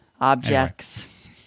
objects